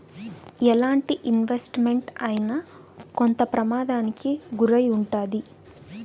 ఎలాంటి investment అయినా కొంత ప్రమాదానికి గురై ఉంటాది